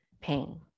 pain